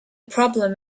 problem